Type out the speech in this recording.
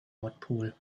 nordpol